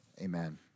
amen